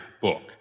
book